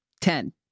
Ten